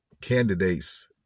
candidates